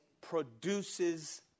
produces